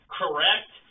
correct